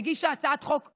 הגישה הצעת חוק דומה.